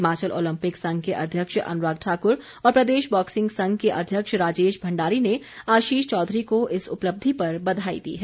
Himachal Olympic संघ के अध्यक्ष अनुराग ठाकुर और प्रदेश बॉक्सिंग संघ के अध्यक्ष राजेश भंडारी ने आशीष चौधरी को इस उपलब्धि पर बधाई दी है